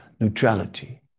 neutrality